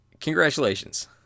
congratulations